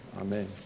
amen